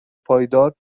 پایدار